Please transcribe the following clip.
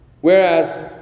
Whereas